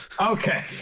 Okay